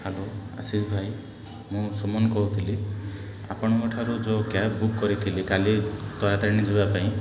hello Ashish ଭାଇ ମୁଁ ସୁମନ କହୁଥିଲି ଆପଣଙ୍କଠାରୁ ଯେଉଁ କ୍ୟାବ୍ ବୁକ୍ କରିଥିଲି କାଲି ତାରାତାରିଣୀ ଯିବାପାଇଁ